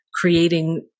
creating